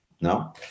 no